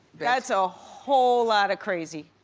that's a whole lotta crazy.